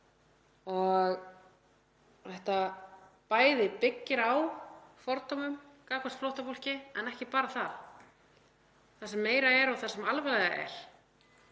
bæði byggir á fordómum gagnvart flóttafólki, en ekki bara það, það sem meira er og það sem alvarlegra